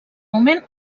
moment